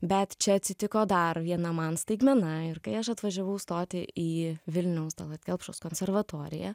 bet čia atsitiko dar viena man staigmena ir kai aš atvažiavau stoti į vilniaus tallat kelpšos konservatoriją